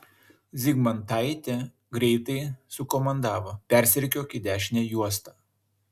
zygmantaitė greitai sukomandavo persirikiuok į dešinę juostą